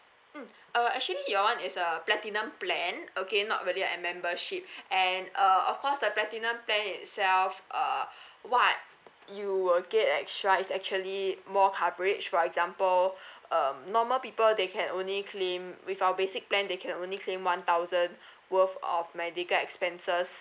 mm uh actually your one is a platinum plan okay not really a membership and uh of course the platinum plan itself uh what you will get extra is actually more coverage for example um normal people they can only claim with our basic plan they can only claim one thousand worth of medical expenses